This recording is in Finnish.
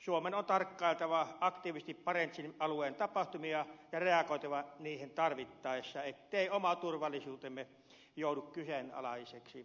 suomen on tarkkailtava aktiivisesti barentsin alueen tapahtumia ja reagoitava niihin tarvittaessa ettei oma turvallisuutemme joudu kyseenalaiseksi